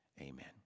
Amen